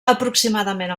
aproximadament